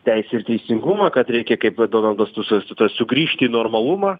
teisę ir teisingumą kad reikia kaip donaldas tuskas su tuo sugrįžti į normalumą